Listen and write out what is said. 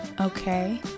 Okay